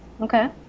Okay